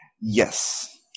Yes